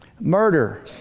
Murder